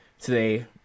today